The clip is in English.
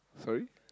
sorry